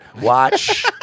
Watch